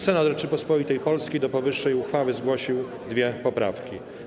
Senat Rzeczypospolitej Polskiej do powyższej uchwały zgłosił dwie poprawki.